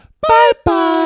bye-bye